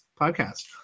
podcast